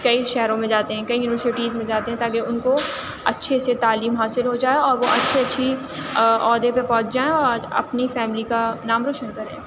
کئی شہروں میں جاتے ہیں کئی یونیورسٹیز میں جاتے ہیں تاکہ اُن کو اچھے سے تعلیم حاصل ہو جائے اور وہ اچھی اچھی عہدے پہ پہنچ جائیں اور اپنی فیملی کا نام روشن کریں